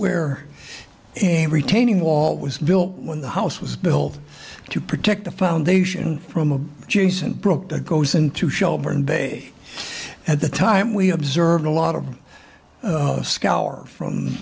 where an retaining wall was built when the house was built to protect the foundation from a jason broke the goes into show burn day at the time we observed a lot of scour from